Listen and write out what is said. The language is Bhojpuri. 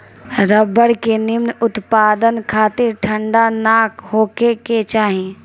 रबर के निमन उत्पदान खातिर ठंडा ना होखे के चाही